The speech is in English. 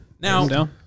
Now